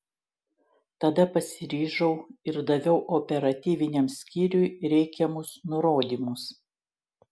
tada pasiryžau ir daviau operatyviniam skyriui reikiamus nurodymus